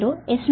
87 degree